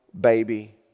baby